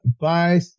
bye